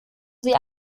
sie